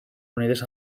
unides